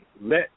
let